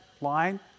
line